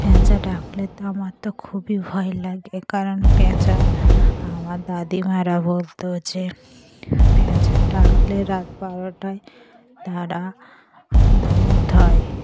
পেঁচা ডাকলে তো আমার তো খুবই ভয় লাগে কারণ পেঁচা আমার দাদিমারা বলতো যে পেঁচা ডাকলে রাত বারোটায় তারা ভূত হয়